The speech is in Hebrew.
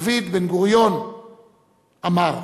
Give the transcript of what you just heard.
דוד בן-גוריון אמר: